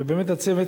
ובאמת הצוות